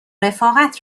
رفاقت